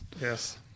Yes